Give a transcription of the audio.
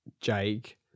Jake